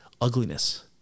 ugliness